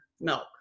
milk